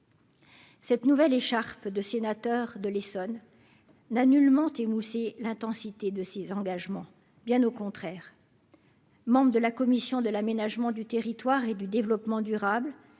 Cette nouvelle écharpe de sénateur de l'Essonne n'a nullement émoussé l'intensité de ses engagements, bien au contraire, membre de la commission de l'aménagement du territoire et du développement durable,